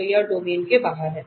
तो यह डोमेन के बाहर है